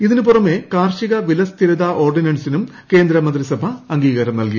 ഇതിനു പുറമേ കാർഷിക വിലസ്ഥിരത ഓർഡിനൻസിനും കേന്ദ്രമന്ത്രിസഭ അംഗീകാരം നൽകി